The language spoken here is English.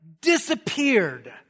disappeared